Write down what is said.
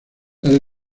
las